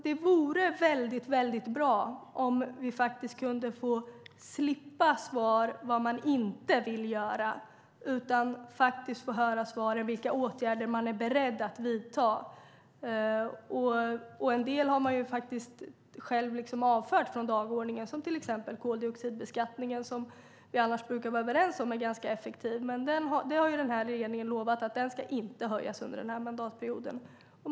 Det vore väldigt bra om vi kunde slippa svar där man säger vad man inte vill göra och faktiskt få höra i svaren vilka åtgärder man är beredd att vidta. En del åtgärder har man själv avfört från dagordningen, till exempel koldioxidbeskattningen som vi annars brukar vara överens om är ganska effektiv. Den här regeringen har ju lovat att den inte ska höjas under den här mandatperioden.